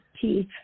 teeth